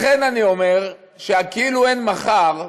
לכן אני אומר שהכאילו אין מחר,